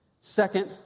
Second